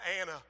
Anna